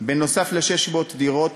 נוסף על 600 דירות